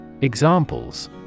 Examples